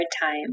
time